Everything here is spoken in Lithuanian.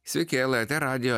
sveiki lrt radijo